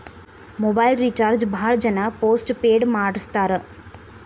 mobile recharge ಭಾಳ್ ಜನ postpaid ಮಾಡಸ್ತಾರ